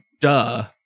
duh